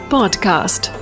Podcast